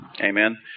amen